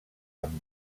amb